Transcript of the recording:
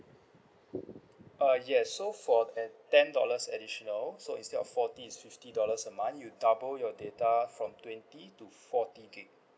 uh yes so for a ten dollars additional so instead of forty is fifty dollars a month you double your data from twenty to forty gigabytes